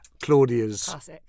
Claudia's